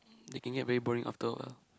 they can get very boring after awhile